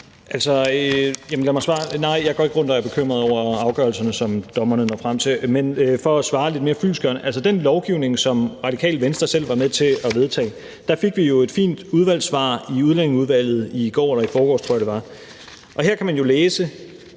Nej, jeg går ikke rundt og er bekymret over afgørelserne, som dommerne når frem til. Men for at svare lidt mere fyldestgørende vil jeg sige, at i forhold til den lovgivning, som Radikale Venstre selv var med til at vedtage, fik vi jo et fint udvalgssvar i Udlændingeudvalget i går eller i forgårs, tror jeg det var. Her kan man jo læse,